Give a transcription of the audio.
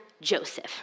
Joseph